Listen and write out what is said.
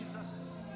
Jesus